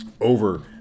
over